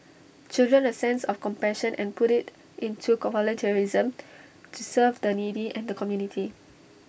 children A sense of compassion and put IT into volunteerism to serve the needy and the community